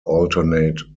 alternate